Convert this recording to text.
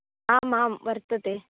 आम् आम् वर्तते